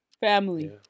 Family